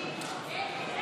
נגד חמד